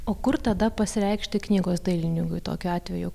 o kur tada pasireikšti knygos dailininkui tokiu atveju